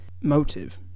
motive